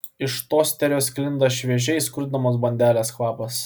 iš tosterio sklinda šviežiai skrudinamos bandelės kvapas